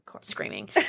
screaming